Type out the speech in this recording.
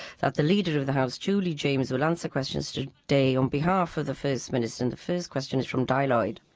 that the leader of the house, julie james, will answer questions today on behalf of the first minister, and the first question is from dai lloyd.